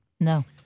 No